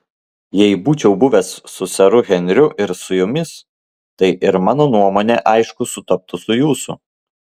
jei būčiau buvęs su seru henriu ir su jumis tai ir mano nuomonė aišku sutaptų su jūsų